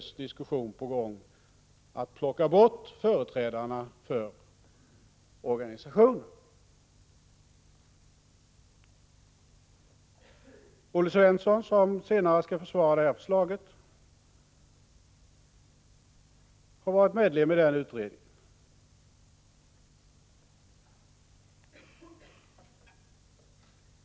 Den diskussionen är initierad av bl.a. den nämnda utredningen, i vilken Olle Svensson, som senare skall försvara regeringens nu aktuella förslag, har varit medlem.